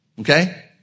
Okay